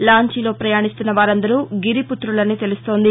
లాంచీలో పయాణిస్తున్న వారందరూ గిరిపుతులని తెలుస్తోంది